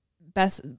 best